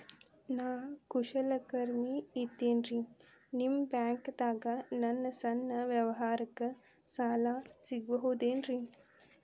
ನಾ ಕುಶಲಕರ್ಮಿ ಇದ್ದೇನ್ರಿ ನಿಮ್ಮ ಬ್ಯಾಂಕ್ ದಾಗ ನನ್ನ ಸಣ್ಣ ವ್ಯವಹಾರಕ್ಕ ಸಾಲ ಸಿಗಬಹುದೇನ್ರಿ?